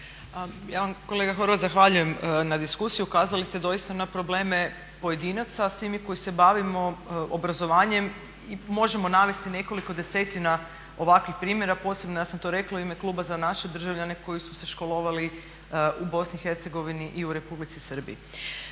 Ja vam kolega Horvat zahvaljujem na diskusiji, ukazali ste doista na probleme pojedinaca a svi mi koji se bavimo obrazovanjem možemo navesti nekoliko desetina ovakvih primjera, posebno ja sam to rekla i u ime kluba za naše državljane koji su se školovali u Bosni i Hercegovini